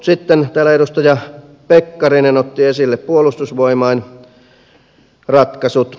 sitten täällä edustaja pekkarinen otti esille puolustusvoimain ratkaisut